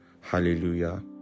hallelujah